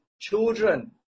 children